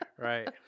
Right